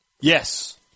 Yes